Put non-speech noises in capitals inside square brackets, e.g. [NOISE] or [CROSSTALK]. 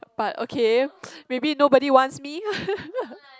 but okay maybe nobody wants me [LAUGHS]